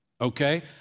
okay